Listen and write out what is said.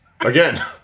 Again